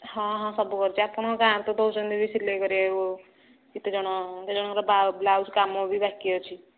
ହଁ ହଁ ସବୁ କରିଛି ଆପଣ ଗାଁ ରେ ବି ତ ଦେଉଛନ୍ତି ସିଲେଇ କରିବାକୁ କେତେଜଣ କେତେଜଣଙ୍କ ବ୍ଲାଉଜ୍ କାମ ବି ବାକି ଅଛି